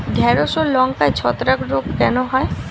ঢ্যেড়স ও লঙ্কায় ছত্রাক রোগ কেন হয়?